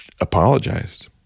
apologized